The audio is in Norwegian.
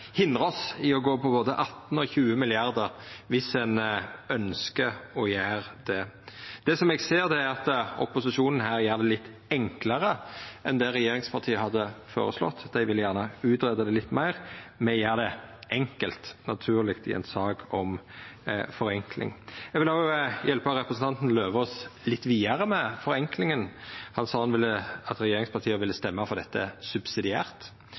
oss i å gå for både 18 mrd. kr og 20 mrd. kr om ein ønskjer å gjera det. Det eg ser, er at opposisjonen her gjer det litt enklare enn det regjeringspartia har føreslått. Dei vil gjerne greia det ut litt meir. Me gjer det enkelt og naturleg i ei sak om forenkling. Eg vil òg hjelpa representanten Eidem Løvaas litt vidare med forenklinga. Han sa at regjeringspartia vil stemma for dette